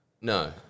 No